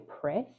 press